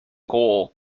goal